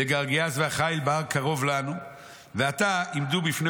וגרגיאס והחיל בהר קרוב לנו ואתה עמדו בפני